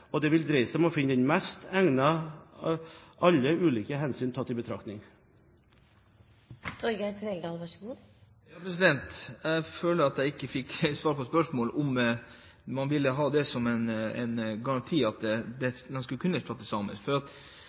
og det vil dreie seg om å finne den mest egnede, alle ulike hensyn tatt i betraktning. Jeg føler at jeg ikke helt fikk svar på spørsmålet om man vil ha som et krav at en skal kunne snakke samisk. Hvis det er slik at en må kunne snakke samisk, må en spørre seg om hvilken type samisk, for